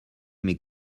mes